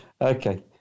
Okay